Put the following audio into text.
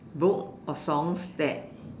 book or songs that